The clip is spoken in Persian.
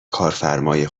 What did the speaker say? کارفرمای